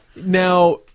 Now